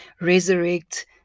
resurrect